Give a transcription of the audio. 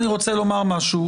וגם אז,